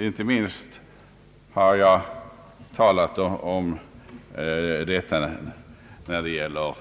Inte minst uppskattar jag detta när det gäller de